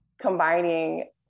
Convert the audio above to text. combining